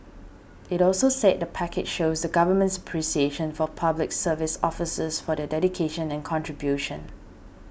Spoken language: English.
it also said the package shows the Government's appreciation of Public Service officers for their dedication and contribution